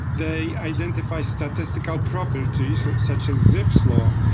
they identified statistical properties, such as zipf's law,